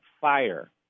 fire